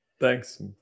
thanks